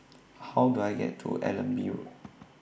How Do I get to Allenby Road